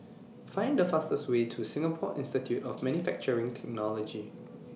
Find The fastest Way to Singapore Institute of Manufacturing Technology